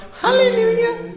Hallelujah